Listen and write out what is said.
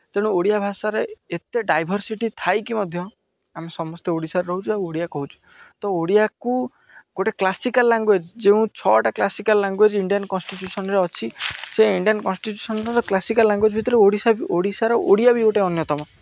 ତେଣୁ ଓଡ଼ିଆ ଭାଷାରେ ଏତେ ଡାଇଭର୍ସିଟି ଥାଇକି ମଧ୍ୟ ଆମେ ସମସ୍ତେ ଓଡ଼ିଶାରେ ରହୁଛୁ ଆଉ ଓଡ଼ିଆ କହୁଛୁ ତ ଓଡ଼ିଆକୁ ଗୋଟେ କ୍ଲାସିକାଲ୍ ଲାଙ୍ଗୁଏଜ୍ ଯେଉଁ ଛଅଟା କ୍ଲାସିକାଲ୍ ଲାଙ୍ଗୁଏଜ୍ ଇନ୍ଡିଆନ୍ କନ୍ଷ୍ଟିଚୁସନ୍ରେ ଅଛି ସେ ଇଣ୍ଡିଆନ୍ କନ୍ଷ୍ଟିଚୁସନ୍ର କ୍ଲାସିକାଲ୍ ଲାଙ୍ଗୁଏଜ୍ ଭିତରେ ଓଡ଼ିଶା ବି ଓଡ଼ିଶାର ଓଡ଼ିଆ ବି ଗୋଟେ ଅନ୍ୟତମ